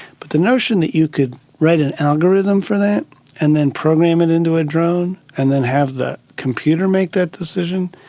but the notion that you could write an algorithm for that and then program it into a drone and then have the computer make that decision,